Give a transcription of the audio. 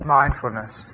mindfulness